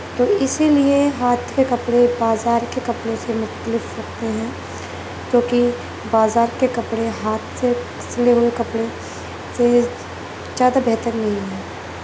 تو اسی لیے ہاتھ کے کپڑے بازار کے کپڑے سے مختلف لگتے ہیں کیونکہ بازار کے کپڑے ہاتھ سے سلے ہوئے کپڑے سے زیادہ بہتر نہیں ہیں